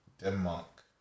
Denmark